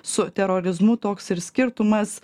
su terorizmu toks ir skirtumas